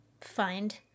find